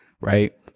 right